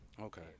Okay